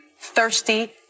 thirsty